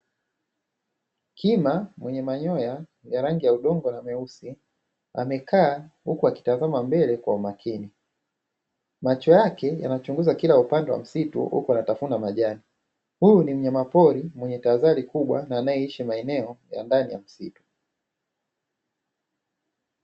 Kima mwenye manyoya ya rangi ya udongo na meusi amekaa huku akitazama mbele kwa umakini, macho yake yakiwa yanachunguza kila upande wa msitu huku anatafuna majani. Huyu ni mnyama pori mwenye tahadhari kubwa na anayeishi maeneo ya ndani ya msitu.